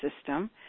system